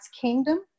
kingdom